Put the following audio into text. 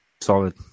solid